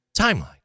timeline